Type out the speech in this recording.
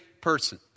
person